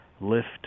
lift